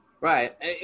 Right